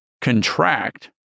contract